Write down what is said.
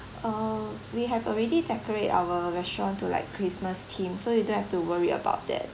uh we have already decorate our restaurant to like christmas theme so you don't have to worry about that